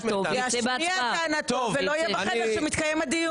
ישמיע טענתו, ולא יהיה בחדר כשמתקיים הדיון.